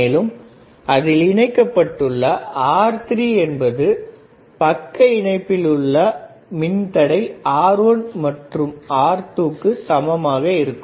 மேலும் அதில் இணைக்கப்பட்டுள்ள R3 என்பது பக்க இணைப்பில் உள்ள மின்தடை R1 மற்றும் R2 க்கு சமமாக இருக்கும்